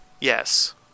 Yes